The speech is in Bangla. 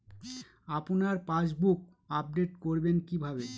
আপনার পাসবুক আপডেট করবেন কিভাবে?